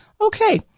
Okay